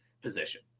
Position